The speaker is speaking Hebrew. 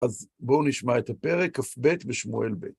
אז בואו נשמע את הפרק, כב בשמואל ב.